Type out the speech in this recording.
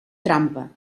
trampa